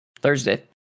thursday